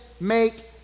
make